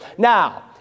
Now